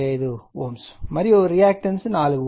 25 Ω మరియు రియాక్టన్స్ 4 Ω